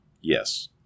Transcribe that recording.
Yes